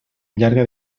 llarga